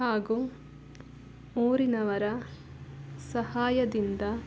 ಹಾಗೂ ಊರಿನವರ ಸಹಾಯದಿಂದ